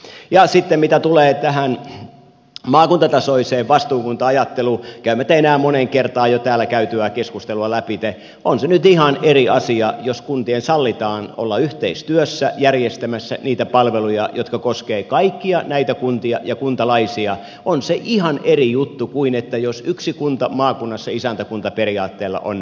mitä tulee sitten tähän maakuntatasoiseen vastuukunta ajatteluun käymättä enää jo moneen kertaan täällä käytyä keskustelua läpi on se nyt ihan eri asia jos kuntien sallitaan olla yhteistyössä järjestämässä niitä palveluja jotka koskevat kaikkia näitä kuntia ja kuntalaisia on se ihan eri juttu kuin jos yksi kunta maakunnassa isäntäkuntaperiaatteella on nämä järjestämässä